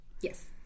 Yes